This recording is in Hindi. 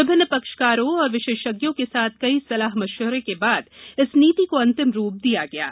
विभिन्न पक्षकारों और विशेषज्ञों के साथ कई सलाह मशविरों के बाद इस नीति को अंतिम रूप दिया गया है